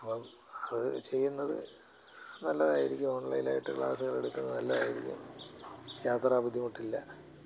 അപ്പോൾ അത് ചെയ്യുന്നത് നല്ലതായിരിക്കും ഓൺലൈനായിട്ട് ക്ലാസ്സുകൾ എടുക്കുന്നത് നല്ലതായിരിക്കും യാത്ര ബുദ്ധിമുട്ടില്ല